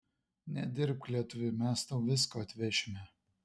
nedirbk lietuvi mes tau visko atvešime